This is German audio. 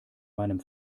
meinem